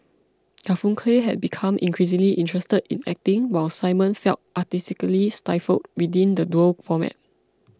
Garfunkel had become increasingly interested in acting while Simon felt artistically stifled within the duo format